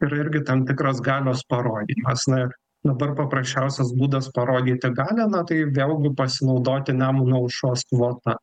yra irgi tam tikras galios parodymas na ir dabar paprasčiausias būdas parodyti galią na tai vėlgi pasinaudoti nemuno aušros kvota